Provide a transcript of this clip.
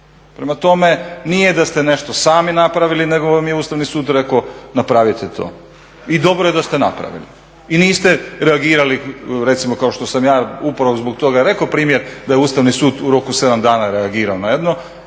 Prema tome, nije da ste nešto sami napravili nego vam je Ustavni sud rekao napravite to. I dobro je da ste napravili. I niste reagirali recimo kao što sam ja upravo zbog toga rekao primjer da je Ustavni sud u roku 7 dana reagirao, mogli